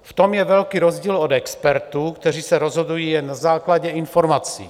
V tom je velký rozdíl od expertů, kteří se rozhodují jen na základě informací.